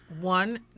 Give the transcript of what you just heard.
one